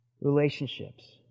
relationships